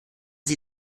sie